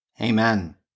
Amen